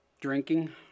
Drinking